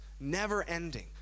never-ending